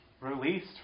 released